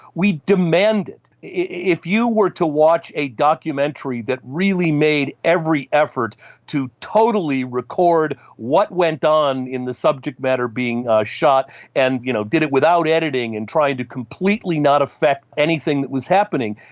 we demand it. if you were to watch a documentary that really made every effort to totally record what went on in the subject matter being shot and you know did it without editing and tried to completely not affect anything that was happening,